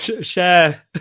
share